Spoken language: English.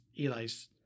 Eli's